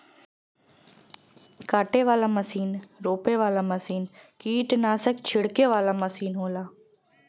काटे वाला मसीन रोपे वाला मसीन कीट्नासक छिड़के वाला मसीन होला